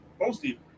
mostly